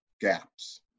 gaps